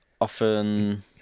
often